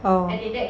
oh